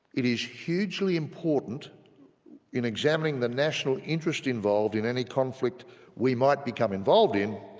it is hugely important in examining the national interest involved in any conflict we might become involved in,